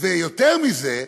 ויותר מזה,